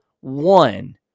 one